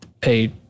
pay